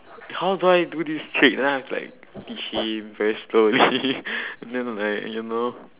how do I do this trick then I have to like teach him very slowly and then like you know